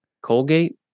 Colgate